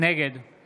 נגד